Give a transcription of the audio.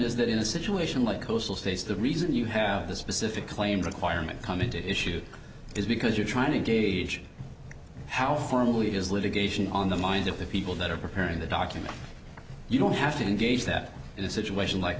is that in a situation like coastal states the reason you have a specific claims requirement come into issue is because you're trying to gauge how formally is litigation on the mind of the people that are preparing the document you don't have to engage that in a situation like